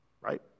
right